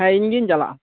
ᱦᱮ ᱤᱧᱜᱤᱧ ᱪᱟᱞᱟᱜᱼᱟ